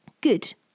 Good